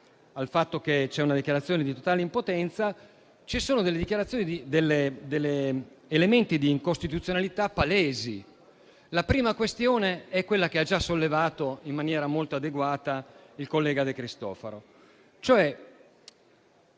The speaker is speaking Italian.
al fatto che è una dichiarazione di totale impotenza, essa contiene elementi di incostituzionalità palesi. La prima questione è quella che ha già sollevato, in maniera molto adeguata, il collega De Cristofaro.